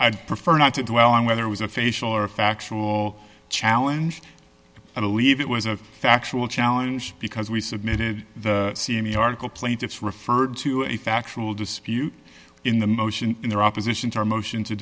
'd prefer not to dwell on whether it was a facial or a factual challenge i believe it was a factual challenge because we submitted c m e article plaintiffs referred to a factual dispute in the motion in their opposition to a motion to